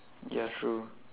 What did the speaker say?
ya true